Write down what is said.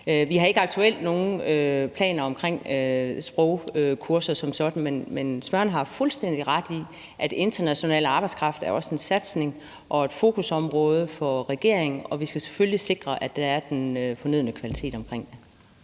Vi har ikke aktuelt nogen planer med hensyn til sprogkurser som sådan, men spørgeren har fuldstændig ret i, at international arbejdskraft også er en satsning, og det er et fokusområde for regeringen, og vi skal selvfølgelig sikre, at der er den fornødne kvalitet omkring det.